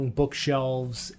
bookshelves